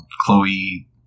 chloe